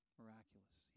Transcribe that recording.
miraculous